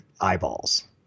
eyeballs